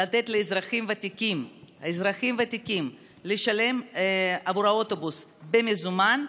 לתת לאזרחים ותיקים לשלם עבור האוטובוס במזומן,